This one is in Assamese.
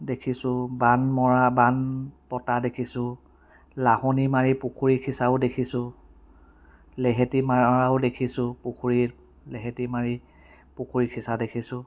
দেখিছোঁ বান মৰা বান পতা দেখিছোঁ লাহনী মাৰি পুখুৰী সিচাও দেখিছোঁ লেহেতী মৰাও দেখিছোঁ পুখুৰীত লেহেতী মাৰি পুখুৰী সিঁচা দেখিছোঁ